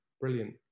brilliant